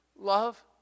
Love